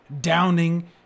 downing